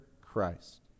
Christ